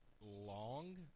long